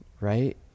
right